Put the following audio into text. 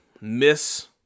miss